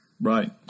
Right